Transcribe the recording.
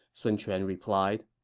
sun quan replied